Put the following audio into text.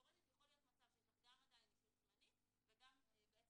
תיאורטית יכול להיות מצב שיש לך גם עדיין אישור זמני וגם בעצם